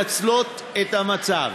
והן מנצלות את המצב.